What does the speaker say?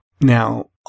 Now